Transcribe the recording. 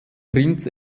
prinz